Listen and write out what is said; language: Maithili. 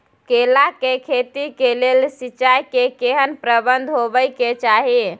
केला के खेती के लेल सिंचाई के केहेन प्रबंध होबय के चाही?